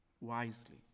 wisely